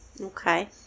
Okay